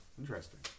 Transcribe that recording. Interesting